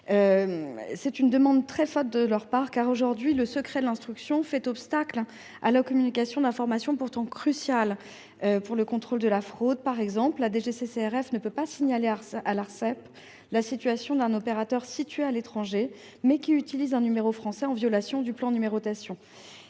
C’est une demande très forte de la part de ces instances. En effet, aujourd’hui, le secret de l’instruction fait obstacle à la communication d’informations pourtant cruciales pour le contrôle de la fraude. Ainsi, la DGCCRF ne peut pas signaler à l’Arcep la situation d’un opérateur situé à l’étranger qui utilise un numéro français, en violation du plan national